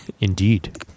Indeed